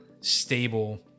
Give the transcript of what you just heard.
stable